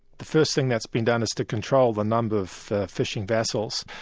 the first thing that's been done is to control the number of fishing vessels,